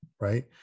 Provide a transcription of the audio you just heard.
right